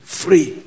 free